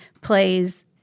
plays